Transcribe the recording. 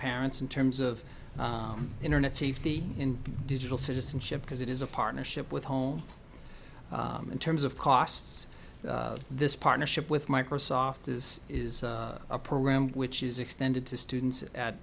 parents in terms of internet safety in digital citizenship because it is a partnership with home in terms of costs this partnership with microsoft is is a program which is extended to students at